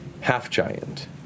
Half-giant